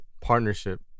Partnership